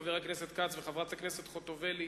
חבר הכנסת כץ וחברת הכנסת חוטובלי,